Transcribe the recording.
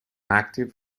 active